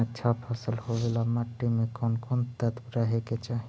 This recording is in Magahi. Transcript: अच्छा फसल होबे ल मट्टी में कोन कोन तत्त्व रहे के चाही?